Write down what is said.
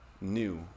new